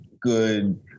good